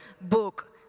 book